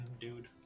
dude